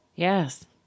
Yes